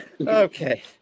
okay